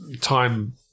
time